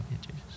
Jesus